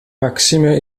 maxime